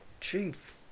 Chief